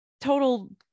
total